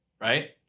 right